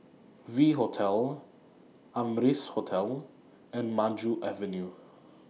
V Hotel Amrise Hotel and Maju Avenue